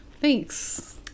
Thanks